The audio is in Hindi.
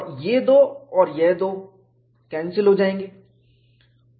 और वह 2 और यह 2 रद्द हो जायेगा